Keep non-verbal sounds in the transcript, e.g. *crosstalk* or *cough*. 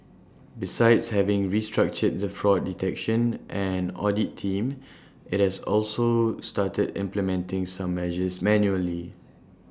*noise* besides having restructured the fraud detection and audit team IT has also started implementing some measures manually *noise*